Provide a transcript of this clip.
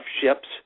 ships